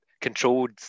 controlled